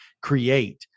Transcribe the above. create